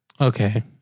Okay